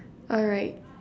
all right